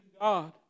God